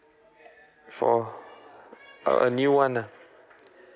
for a a new one ah